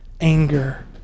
anger